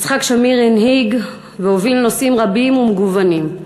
יצחק שמיר הנהיג והוביל נושאים רבים ומגוונים.